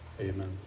Amen